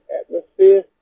atmosphere